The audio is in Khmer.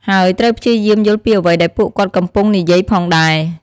ហើយត្រូវព្យាយាមយល់ពីអ្វីដែលពួកគាត់កំពុងនិយាយផងដែរ។